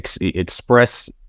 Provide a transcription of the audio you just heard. express